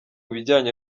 bijyanye